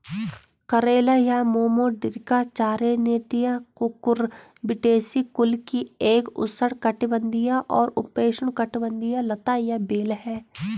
करेला या Momordica charantia Cucurbitaceae कुल की एक उष्णकटिबंधीय और उपोष्णकटिबंधीय लता या बेल है